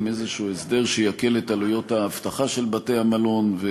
איזשהו הסדר שיקל את עלויות האבטחה של בתי-המלון.